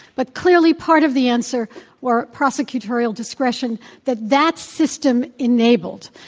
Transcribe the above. but clearly part of the answer were prosecutorial discretion that that system enabled.